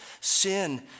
sin